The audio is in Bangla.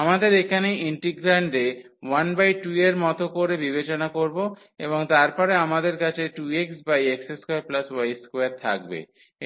আমাদের এখানে ইন্টিগ্রান্ডে 12 এর মতো করে বিবেচনা করব এবং তারপরে আমাদের কাছে 2xx2y2 থাকবে